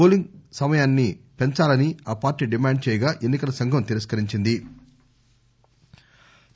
polling సమయాన్ని పెంచాలని ఆ పార్టీ డిమాండ్ చేయగా ఎన్ని కల సంఘం తిరస్కరించింది